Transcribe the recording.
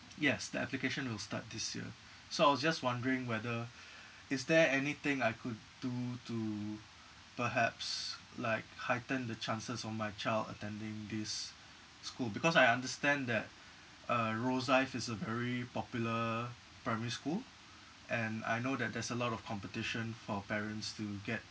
yes the application will start this year so I was just wondering whether is there anything I could do to perhaps like heighten the chances of my child attending this school because I understand that uh rosyth is a very popular primary school and I know that there's a lot of competition for parents to get